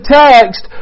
text